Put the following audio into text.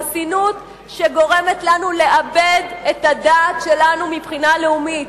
חסינות שגורמת לנו לאבד את הדעת שלנו מבחינה לאומית.